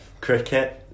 Cricket